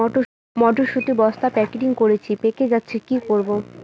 মটর শুটি বস্তা প্যাকেটিং করেছি পেকে যাচ্ছে কি করব?